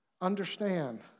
Understand